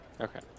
Okay